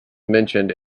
mentioned